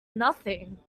nothing